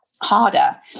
harder